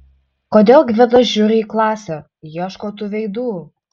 kodėl gvidas žiūri į klasę ieško tų veidų